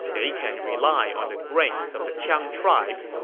they can rely on the grains of the qiang tribes.